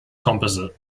composite